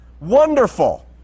Wonderful